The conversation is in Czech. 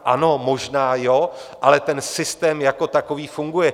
Ano, možná ano, ale ten systém jako takový funguje.